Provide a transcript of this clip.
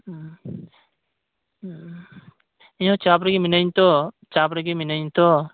ᱦᱩᱸ ᱦᱩᱸ ᱤᱧ ᱦᱚᱸ ᱪᱟᱯ ᱨᱮᱜᱮ ᱢᱤᱱᱟᱹᱧᱟ ᱛᱚ